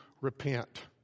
repent